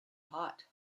hot